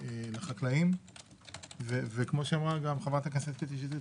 לחקלאים וכפי שאמרה חברת הכנסת קטי שטרית,